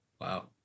Wow